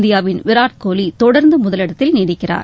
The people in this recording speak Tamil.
இந்தியாவின் விராட் கோலி தொடர்ந்து முதலிடத்தில் நீடிக்கிறார்